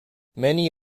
many